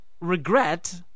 regret